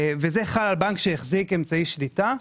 וזה חל על בנק שהחזיק אמצעי שליטה,